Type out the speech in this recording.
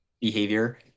behavior